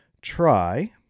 Try